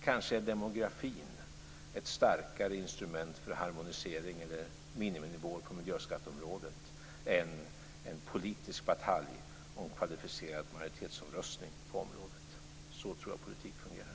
Kanske är demografin ett starkare instrument för harmonisering eller miniminivåer på miljöskatteområdet än en politisk batalj om kvalificerad majoritetsomröstning på området. Så tror jag att politik fungerar.